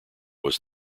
was